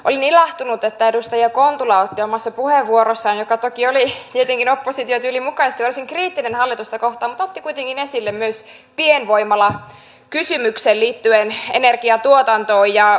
olin ilahtunut että edustaja kontula otti omassa puheenvuorossaan joka toki oli tietenkin opposition tyylin mukaisesti varsin kriittinen hallitusta kohtaan mutta kuitenkin esille myös pienvoimalakysymyksen liittyen energiatuotantoon